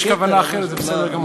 חשבתי שיש כוונה אחרת, זה בסדר גמור.